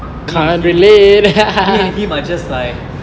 me and him are just like